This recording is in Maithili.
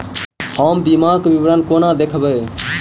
हम बीमाक विवरण कोना देखबै?